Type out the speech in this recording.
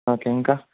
okay ఇంకా